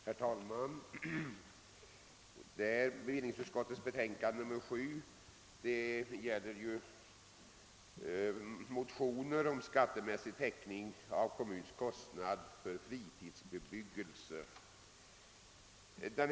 Herr talman! I bevillningsutskottets betänkande nr 7 behandlas motioner om skattemässig täckning av kommuns kostnad för fritidsbebyggelse.